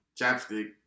chapstick